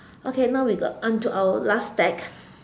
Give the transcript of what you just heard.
okay now we got onto our last stack